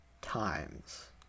times